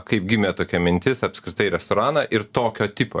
kaip gimė tokia mintis apskritai restoraną ir tokio tipo